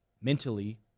mentally